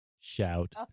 Shout